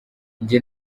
njye